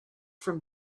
from